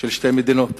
של שתי מדינות